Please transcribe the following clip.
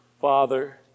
Father